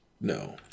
No